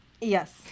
Yes